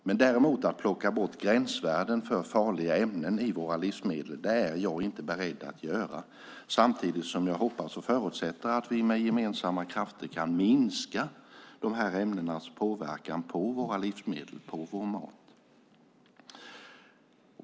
Att däremot plocka bort gränsvärden för farliga ämnen i våra livsmedel är jag inte beredd att göra. Samtidigt hoppas jag och förutsätter att vi med gemensamma krafter kan minska de här ämnenas påverkan på våra livsmedel, på vår mat.